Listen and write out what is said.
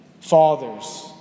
Fathers